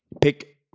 Pick